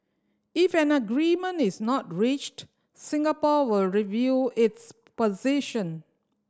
if an agreement is not reached Singapore will review its position